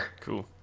Cool